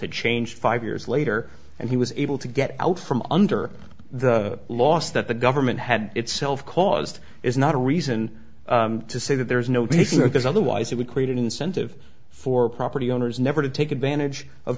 had changed five years later and he was able to get out from under the loss that the government had itself caused is not a reason to say that there is no basis for this otherwise it would create an incentive for property owners never to take advantage of